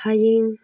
ꯍꯌꯦꯡ